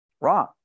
Wrong